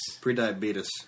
Pre-diabetes